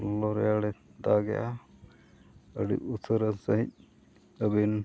ᱞᱚᱞᱚ ᱨᱮᱭᱟᱲᱮ ᱫᱟᱜᱮᱫᱟ ᱟᱹᱰᱤ ᱩᱥᱟᱹᱨᱟ ᱥᱟᱺᱦᱤᱡ ᱟᱵᱤᱱ